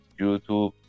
YouTube